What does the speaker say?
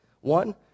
One